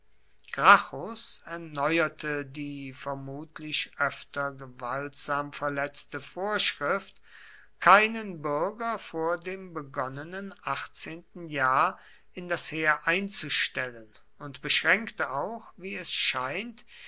gracchus erneuerte die vermutlich öfter gewaltsam verletzte vorschrift keinen bürger vor dem begonnenen achtzehnten jahr in das heer einzustellen und beschränkte auch wie es scheint